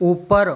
ऊपर